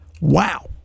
Wow